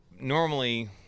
normally